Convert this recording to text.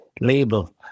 label